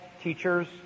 teachers